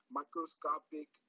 microscopic